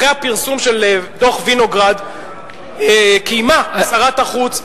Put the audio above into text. אחרי הפרסום של דוח-וינוגרד קיימה שרת החוץ,